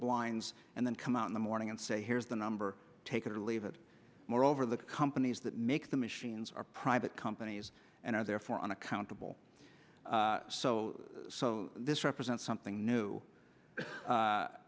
blinds and then come out in the morning and say here's the number take it or leave it moreover the companies that make the machines are private companies and are therefore unaccountable so this represents something new